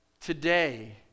today